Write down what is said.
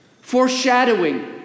foreshadowing